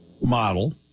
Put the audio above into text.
model